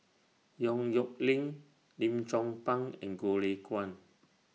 Yong Nyuk Lin Lim Chong Pang and Goh Lay Kuan